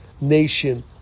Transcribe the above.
nation